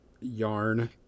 yarn